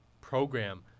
program